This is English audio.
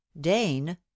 Dane